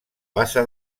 bassa